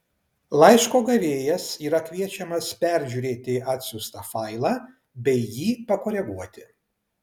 laiško gavėjas yra kviečiamas peržiūrėti atsiųstą failą bei jį pakoreguoti